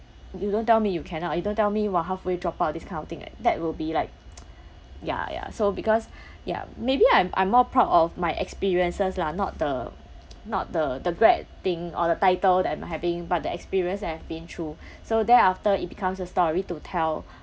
you don't tell me you cannot you don't tell me you were halfway drop out this kind of thing like that will be like ya ya so because ya maybe I'm I'm more proud of my experiences lah not the not the the grad thing or the title than I'm having but the experience I have been through so thereafter it becomes a story to tell